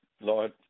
lord